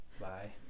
bye